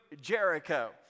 Jericho